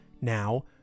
Now